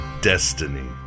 destiny